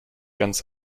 ganz